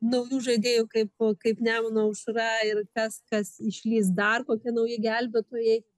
naujų žaidėjų kaip kaip nemuno aušra ir tas kas išlįs dar kokie nauji gelbėtojai